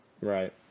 Right